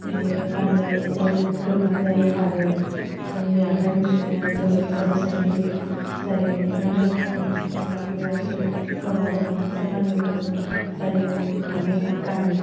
बियो गाननो जोबोर गोबा जायो आरो जोंनि आखायजों सुनाया जोबोर रोजा गिदिर जायो बेनिखायनो आथिखालनि सिख्लाफोरा बेबायदि गोबा गोबाखौसो गाननो मोजां जायो होन्नानै गानो